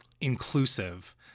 inclusive